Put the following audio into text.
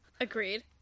Agreed